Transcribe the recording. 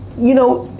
you know,